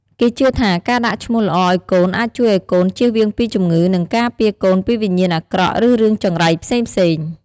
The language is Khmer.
គេជឿថា ការដាក់ឈ្មោះល្អឲ្យកូនអាចជួយឲ្យកូនជៀសវាងពីជំងឺ និងការពារកូនពីវិញ្ញាណអាក្រក់ ឬរឿងចង្រៃផ្សេងៗ។